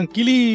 Kili